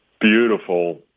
beautiful